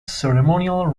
ceremonial